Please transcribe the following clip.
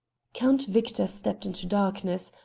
count victor stepped into darkness,